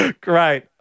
Great